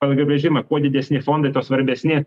pagal apibrėžimą kuo didesni fondai tuo svarbesni